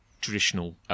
traditional